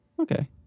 okay